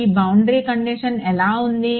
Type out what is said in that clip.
ఈ boundary condition ఎలా ఉంది